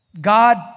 God